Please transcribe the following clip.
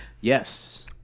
Yes